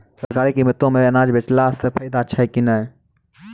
सरकारी कीमतों मे अनाज बेचला से फायदा छै कि नैय?